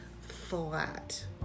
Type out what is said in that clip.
flat